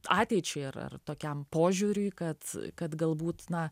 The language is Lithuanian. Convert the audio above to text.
ateičiai ar ar tokiam požiūriui kad kad galbūt na